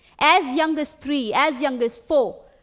as young as three, as young as four,